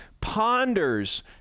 ponders